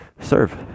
serve